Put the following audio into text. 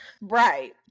right